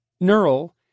neural